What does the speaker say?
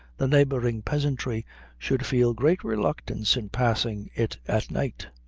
the neighboring peasantry should feel great reluctance in passing it at night.